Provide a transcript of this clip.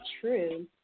true